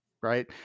right